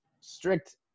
strict